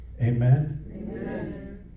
Amen